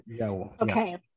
Okay